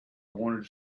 wanted